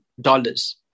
dollars